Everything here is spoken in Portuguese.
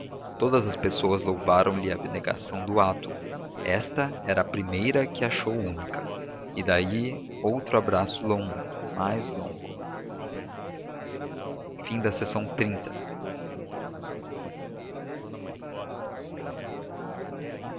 todas as pessoas louvaram lhe a abnegação do ato esta era a primeira que a achou única e daí outro abraço longo mais longo c